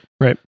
right